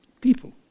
people